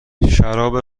شراب